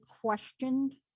questioned